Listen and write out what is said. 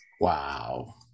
Wow